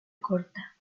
corta